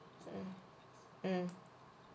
mm